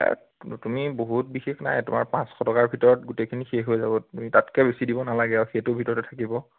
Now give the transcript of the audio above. তাত তুমি বহুত বিশেষ নাই তোমাৰ পাঁচশ টকাৰ ভিতৰত গোটেইখিনি শেষ হৈ যাব তুমি তাতকৈ বেছি দিব নালাগে আৰু সেইটোৰ ভিতৰতে থাকিব